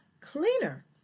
cleaner